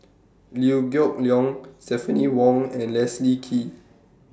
Liew Geok Leong Stephanie Wong and Leslie Kee